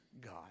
God